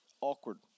awkward